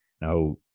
now